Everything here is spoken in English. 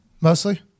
Mostly